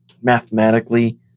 mathematically